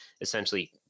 essentially